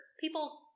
people